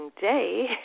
day